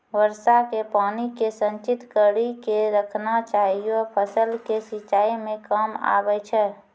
वर्षा के पानी के संचित कड़ी के रखना चाहियौ फ़सल के सिंचाई मे काम आबै छै?